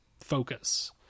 focus